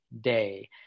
day